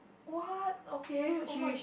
what okay oh my